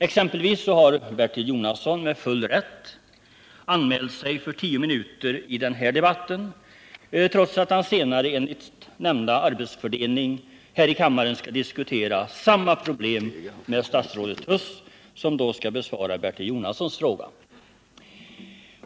Bertil Jonasson t.ex. har med full rätt anmält sig för tio minuters taletid i den här debatten, trots att han här i kammaren senare — enligt nämnda arbetsfördelning — skall diskutera samma problem med statsrådet Huss, när denne besvarar Bertil Jonassons fråga.